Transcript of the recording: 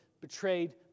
betrayed